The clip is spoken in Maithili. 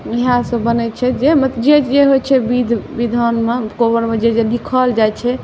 उएह सभ बनैत छै मतलब जे जे होइत छै विधि विधानमे कोबरमे जे जे लिखल जाइत छै